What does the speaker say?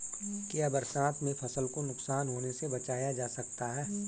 क्या बरसात में फसल को नुकसान होने से बचाया जा सकता है?